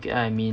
get what I mean